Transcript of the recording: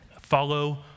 Follow